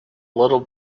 little